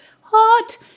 hot